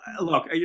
look